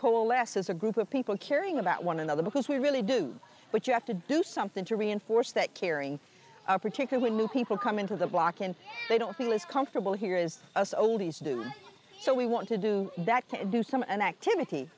coalesce as a group of people caring about one another because we really do but you have to do something to reinforce that caring particularly new people come into the block and they don't feel is comfortable here is us oldies do so we want to do that to do some activity